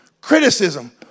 Criticism